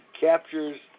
captures